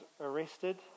arrested